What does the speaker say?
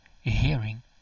hearing